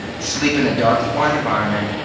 sleep in a dark and quiet environment.